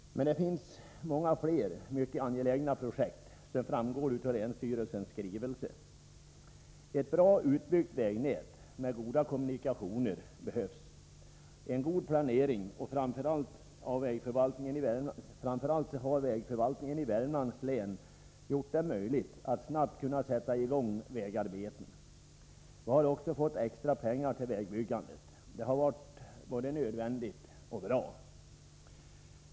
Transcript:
Men det finns många fler mycket angelägna projekt, som framgår av länsstyrelsens skrivelse. Ett väl utbyggt vägnät som ger goda kommunikationsmöjligheter behövs. En god planering och framförhållning av vägförvaltningen i Värmlands län har gjort det möjligt för oss att snabbt kunna sätta i gång vägarbeten. Vi har också fått extra pengar till vägbyggandet. Det har varit både nödvändigt och bra.